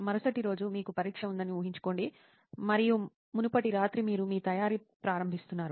మరుసటి రోజు మీకు పరీక్ష ఉందని ఊహించుకోండి మరియు మునుపటి రాత్రి మీరు మీ తయారీని ప్రారంభిస్తున్నారు